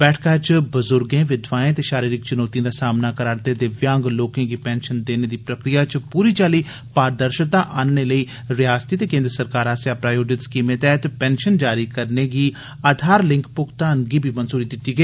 बैठक च बुजुर्गे विघवाएं ते षारीरिक चुनौतिएं दा सामना करा रदे दिव्यांग लोकें गी पेंषन देने दी प्रक्रिया च पूरी चाल्ली पारदर्षिता आनने लेई रियासती ते केंद्र सरकार आस्सेआ प्रायोजित स्कीमै तैहत पेंषन जारी करने गी आधार लिंक भुगतान गी बी मंजूरी देई दित्ती ऐ